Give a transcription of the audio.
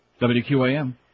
WQAM